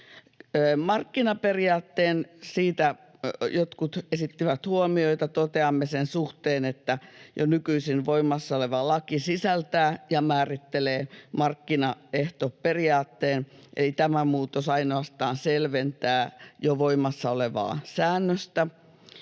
Markkinaperiaatteesta jotkut esittivät huomioita. Toteamme sen suhteen, että jo nykyisin voimassa oleva laki sisältää ja määrittelee markkinaehtoperiaatteen, eli tämä muutos ainoastaan selventää jo voimassa olevaa säännöstä.